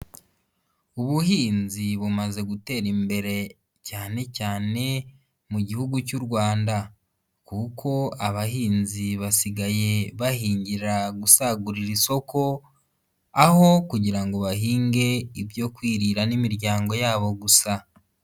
Ubuhinzi bumaze gutera imbere cyane cyane mu gihugu cy'u Rwanda kuko abahinzi basigaye bahingira gusagurira isoko, aho kugira ngo bahinge ibyo kwirira n'imiryango yabo gusa.